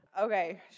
Okay